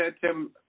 Tim